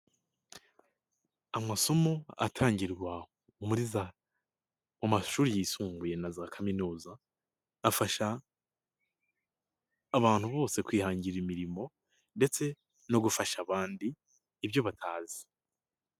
Amasomo atangirwa mu mashuri yisumbuye na za Kaminuza, afasha abantu bose kwihangira imirimo ndetse no gufasha abandi ibyo batazi.